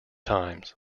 times